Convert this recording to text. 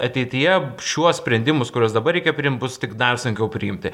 ateityje šiuos sprendimus kuriuos dabar reikia priimt bus tik dar sunkiau priimti